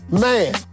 Man